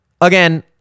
Again